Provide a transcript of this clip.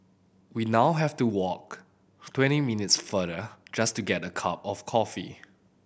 we now have to walk twenty minutes farther just to get a cup of coffee